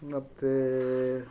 ಮತ್ತೆ